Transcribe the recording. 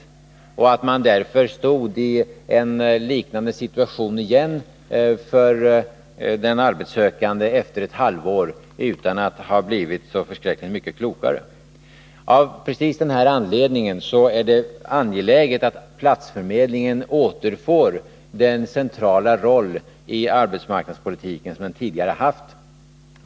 Därför stod den arbetssökande inför en liknande situation efter ett halvår utan att ha blivit särskilt mycket klokare. Av just denna anledning är det angeläget att platsförmedlingen återfår den centrala roll i arbetsmarknadspolitiken som den tidigare haft.